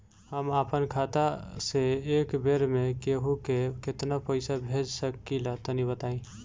हम आपन खाता से एक बेर मे केंहू के केतना पईसा भेज सकिला तनि बताईं?